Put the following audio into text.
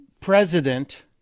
president